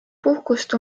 puhkust